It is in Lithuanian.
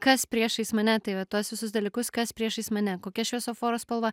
kas priešais mane tai vat tuos visus dalykus kas priešais mane kokia šviesoforo spalva